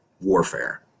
warfare